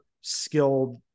skilled